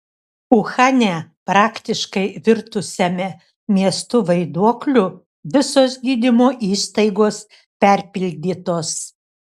uhane praktiškai virtusiame miestu vaiduokliu visos gydymo įstaigos perpildytos